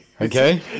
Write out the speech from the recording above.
Okay